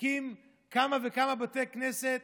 הקים כמה וכמה בתי כנסת